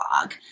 blog